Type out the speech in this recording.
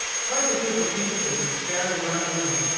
quite a group of teamsters were scattered around the room,